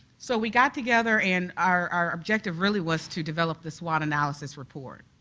so we got together and our objective really was to develop the swot analysis report,